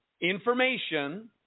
information